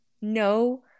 No